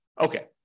Okay